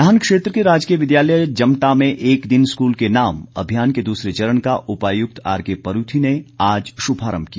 अभियान नाहन क्षेत्र के राजकीय विद्यालय जमटा में एक दिन स्कूल के नाम अभियान के दूसरे चरण का उपायुक्त आरके परूथी ने आज शुभारम्भ किया